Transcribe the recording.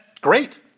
great